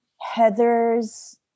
Heather's